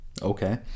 Okay